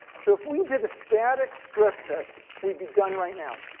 so if we did a static stress test, we'd be done right now.